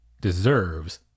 deserves